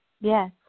Yes